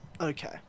Okay